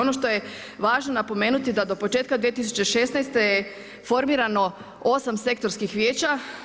Ono što je važno napomenuti da do početka 2016. je formirano 8 sektorskih vijeća.